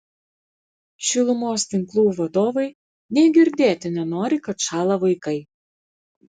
šilumos tinklų vadovai nė girdėti nenori kad šąla vaikai